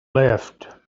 left